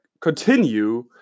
Continue